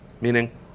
Meaning